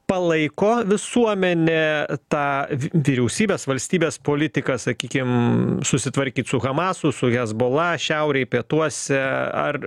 palaiko visuomenė tą vy vyriausybės valstybės politiką sakykim susitvarkyt su hamasu su hezbollah šiaurėj pietuose ar